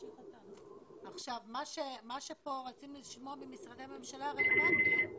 מה שרצינו לשמוע ממשרדי הממשלה הרלוונטיים,